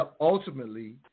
ultimately